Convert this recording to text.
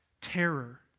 terror